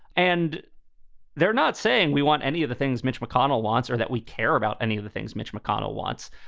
and they're not saying we want any of the things mitch mcconnell wants or that we care about any of the things mitch mcconnell wants.